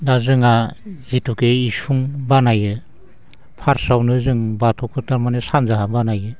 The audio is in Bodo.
दा जोंहा जेथुखे इसिं बानायो फार्स्टावनो जों बाथौखौ थारमाने सानजाहा बानायो